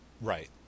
Right